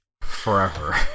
forever